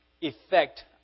effect